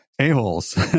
a-holes